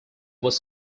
was